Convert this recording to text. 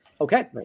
okay